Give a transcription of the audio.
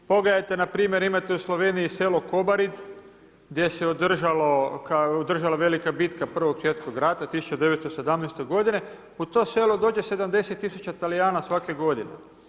Pogledajte npr. imate u Sloveniji selo Kobarid, gdje se održala velika bitka Prvog svjetskog rata 1917. godine, u to selo dođe 70 000 Talijana svake godine.